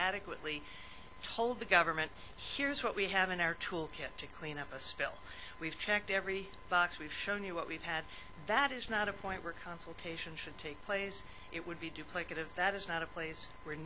adequately told the government here's what we have in our tool kit to clean up a spill we've checked every box we've shown you what we've had that is not a point where consultation should take place it would be duplicative that is not a place where